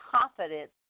confidence